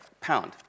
pound